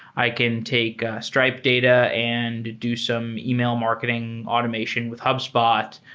i can take a stripe data and do some e-mail marketing automation with hubspot.